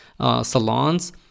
salons